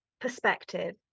perspective